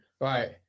Right